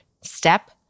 step